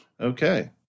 Okay